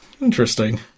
interesting